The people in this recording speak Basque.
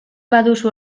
baduzu